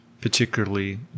particularly